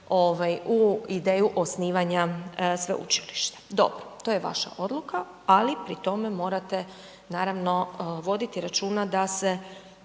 u ideju osnivanja sveučilišta. Dobro, to je vaša odluka ali pri tome morate naravno voditi računa da se